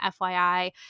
FYI